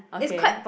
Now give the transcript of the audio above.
okay